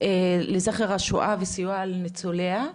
לזכר השואה וסיוע לניצוליה.